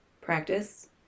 Practice